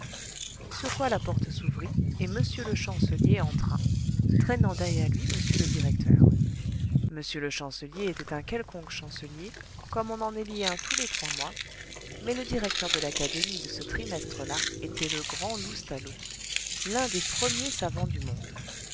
sur quoi la porte s'ouvrit et m le chancelier entra traînant derrière lui m le directeur m le chancelier était un quelconque chancelier comme on en élit un tous les trois mois mais le directeur de l'académie de ce trimestre là était le grand loustalot l'un des premiers savants du monde